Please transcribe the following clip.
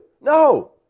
No